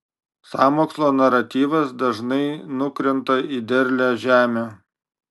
sąmokslo naratyvas dažnai nukrenta į derlią žemę